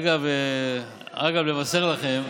אגב, לבשר לכם,